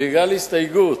בגלל הסתייגות